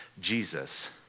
Jesus